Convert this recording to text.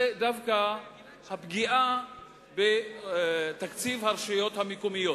זה דווקא הפגיעה בתקציב הרשויות המקומיות.